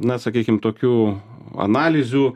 na sakykim tokių analizių